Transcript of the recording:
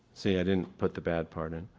see i didn't put the bad part in.